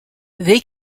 they